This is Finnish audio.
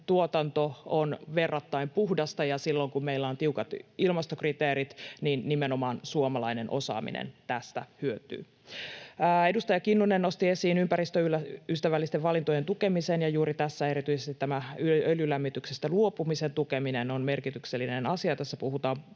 tuotanto, on verrattain puhdasta, ja silloin kun meillä on tiukat ilmastokriteerit, nimenomaan suomalainen osaaminen tästä hyötyy. Edustaja Kinnunen nosti esiin ympäristöystävällisten valintojen tukemisen, ja juuri tässä erityisesti tämä öljylämmityksestä luopumisen tukeminen on merkityksellinen asia. Tässä puhutaan